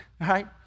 right